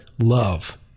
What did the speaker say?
Love